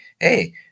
hey